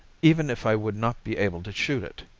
even if i would not be able to shoot it.